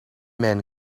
mijn